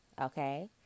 okay